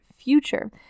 future